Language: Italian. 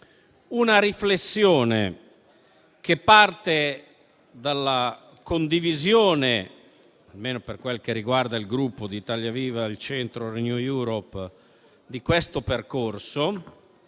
una riflessione che parte dalla condivisione, almeno per quel che riguarda il Gruppo Italia Viva-Il Centro-Renew Europe, di questo percorso,